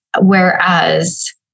Whereas